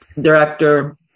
director